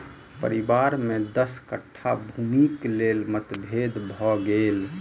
परिवार में दस कट्ठा भूमिक लेल मतभेद भ गेल